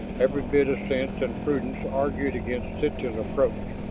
every bit of sense and prudence argued against such an approach,